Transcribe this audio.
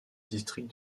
district